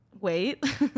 wait